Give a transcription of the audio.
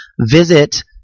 Visit –